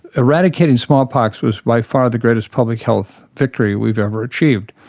eradicating smallpox was by far the greatest public health victory we've ever achieved.